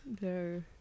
no